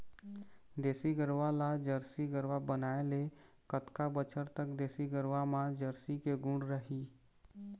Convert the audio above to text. देसी गरवा ला जरसी गरवा बनाए ले कतका बछर तक देसी गरवा मा जरसी के गुण रही?